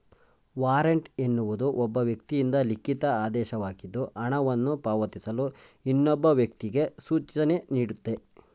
warrant ಎನ್ನುವುದು ಒಬ್ಬ ವ್ಯಕ್ತಿಯಿಂದ ಲಿಖಿತ ಆದೇಶವಾಗಿದ್ದು ಹಣವನ್ನು ಪಾವತಿಸಲು ಇನ್ನೊಬ್ಬ ವ್ಯಕ್ತಿಗೆ ಸೂಚನೆನೀಡುತ್ತೆ